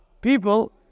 People